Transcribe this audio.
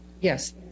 Yes